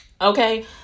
okay